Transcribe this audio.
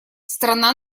страна